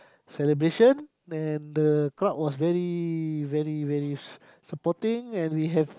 celebration and the crowd was very very very supporting and we have